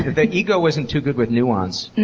the ego isn't too good with nuance.